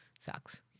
sucks